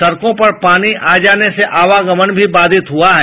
सड़कों पर पानी आ जाने से आवागमन भी बाधित हुआ है